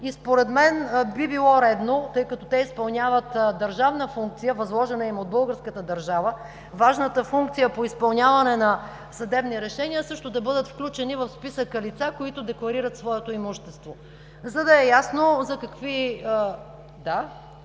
според мен би било редно, тъй като те изпълняват държавна функция, възложена им от българската държава, важната функция по изпълняване на съдебни решения, също да бъдат включени в списъка лица, които декларират своето имущество, за да е ясно за какви…